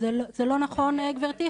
--- זה לא נכון גברתי,